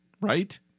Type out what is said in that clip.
right